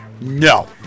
No